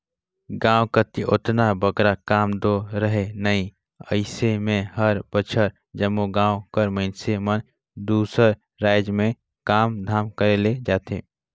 गाँव कती ओतना बगरा काम दो रहें नई अइसे में हर बछर जम्मो गाँव कर मइनसे मन दूसर राएज में काम धाम करे ले जाथें